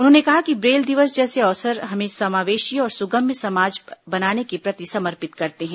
उन्होंने कहा कि ब्रेल दिवस जैसे अवसर हमें समावेशी और सुगम्य समाज बनाने के प्रति समर्पित करते हैं